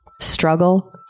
struggle